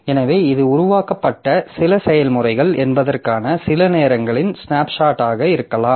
எனவே இது உருவாக்கப்பட்ட சில செயல்முறைகள் என்பதற்கான சில நேரங்களின் ஸ்னாப்ஷாட்டாக இருக்கலாம்